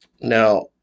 Now